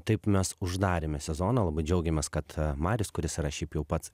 taip mes uždarėme sezoną labai džiaugiamės kad marius kuris yra šiaip jau pats